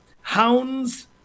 Hounds